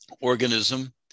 organism